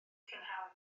prynhawn